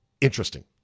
interesting